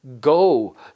go